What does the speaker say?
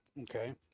Okay